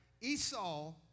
Esau